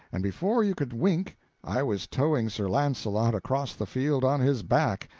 and before you could wink i was towing sir launcelot across the field on his back,